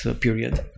period